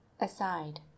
aside